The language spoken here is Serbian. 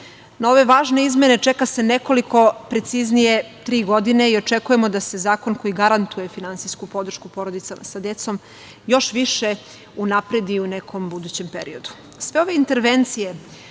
Na ove važne izmene čeka se nekoliko, preciznije tri godine i očekujemo da se zakon koji garantuje finansijsku podršku porodicama sa decom još više unapredi u nekom budućem periodu.